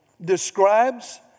describes